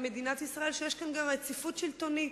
מדינת ישראל שיש כאן גם רציפות שלטונית.